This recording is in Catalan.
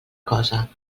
cosa